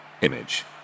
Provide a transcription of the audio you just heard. Image